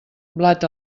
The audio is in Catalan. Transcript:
blat